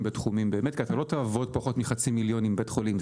באמת כי לא תעבוד פחות מחצי מיליון עם בית חולים.